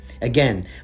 Again